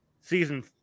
season